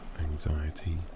anxiety